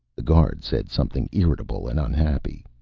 the guard said something irritable and unhappy.